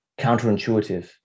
counterintuitive